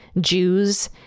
Jews